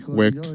work